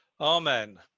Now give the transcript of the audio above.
Amen